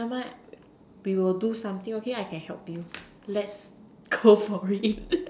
never mind we will do something okay I can help you let's go for it